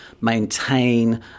maintain